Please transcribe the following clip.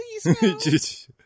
Please